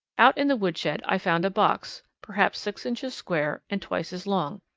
out in the woodshed i found a box, perhaps six inches square and twice as long.